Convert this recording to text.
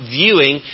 viewing